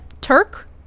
Turk